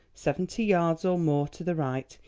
seventy yards or more to the right,